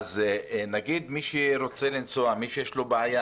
אז מי שרוצה לנסוע או מי שיש לו בעיה